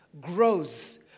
grows